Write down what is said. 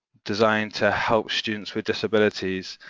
designed to help students with disabilities,